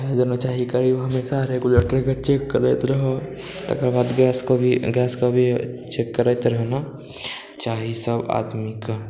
चलाबै देना चाही कहिओ हमेशा रेग्युलेटरके चेक करैत रहब तकर बाद गैसके भी चेक करैत रहना चाही सब आदमीके